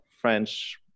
French